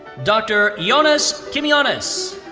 dr. yeah ioannis kimionis.